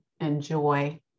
enjoy